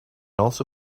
also